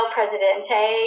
Presidente